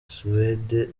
suwede